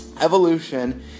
Evolution